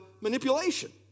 manipulation